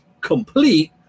complete